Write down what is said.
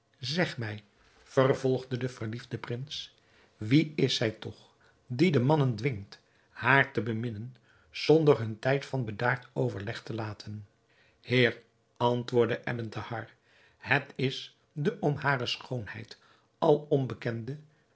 zeg mij vervolgde de verliefde prins wie is zij toch die de mannen dwingt haar te beminnen zonder hun tijd van bedaard overleg te laten heer antwoordde ebn thahar het is de om hare schoonheid alom bekende